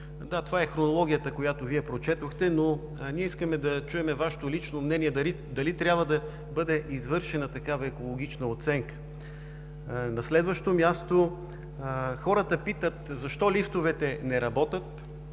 Да, това е хронологията, която Вие прочетохте, но ние искаме да чуем Вашето лично мнение дали трябва да бъде извършена такава екологична оценка. На следващо място хората питат защо лифтовете не работят,